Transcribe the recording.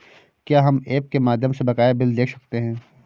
क्या हम ऐप के माध्यम से बकाया बिल देख सकते हैं?